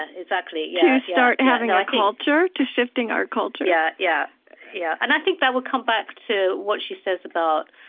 ah to start having a culture? to shifting our culture? yeah yeah yeah and i think that will come back to what she says about